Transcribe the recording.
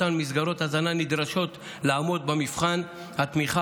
אותן מסגרות הזנה נדרשות לעמוד במבחן התמיכה,